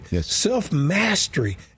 Self-mastery